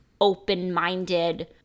open-minded